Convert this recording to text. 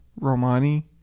Romani